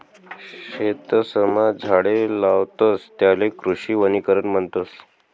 शेतसमा झाडे लावतस त्याले कृषी वनीकरण म्हणतस